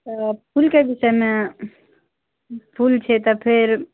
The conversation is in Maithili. तऽ फूलके विषयमे फूल छै तऽ फेर